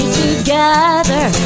together